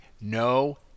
No